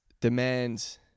demands